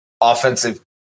offensive